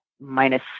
minus